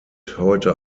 heute